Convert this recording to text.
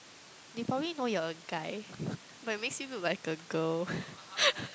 they probably know you are a guy but it makes you look like a girl